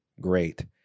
Great